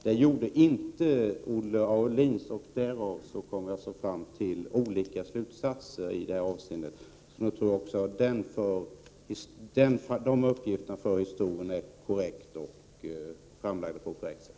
Det gjorde däremot inte Olle Aulins siffror, varför vi kom fram till olika slutsatser. Därmed tror jag att det har blivit en korrekt redogörelse även på den punkten.